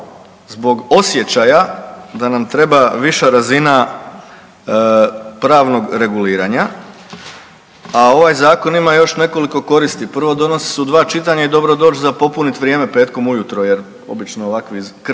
zbog osjećaja da nam treba viša razina pravnog reguliranja, a ovaj zakon ima još nekoliko koristi, prvo donosi se u dva čitanja i dobro doći za popunit vrijeme petkom ujutro jer obično ovako